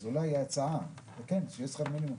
אז אולי הצעה לתקן שיהיה שכר מינימום?